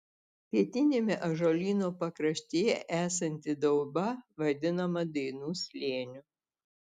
pietiniame ąžuolyno pakraštyje esanti dauba vadinama dainų slėniu